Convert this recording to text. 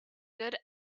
good